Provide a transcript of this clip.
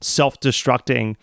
self-destructing